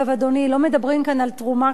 לא מדברים כאן על תרומה כספית.